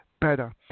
better